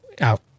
out